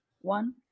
one